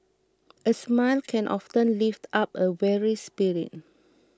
a smile can often lift up a weary spirit